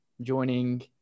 joining